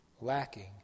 lacking